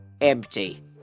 empty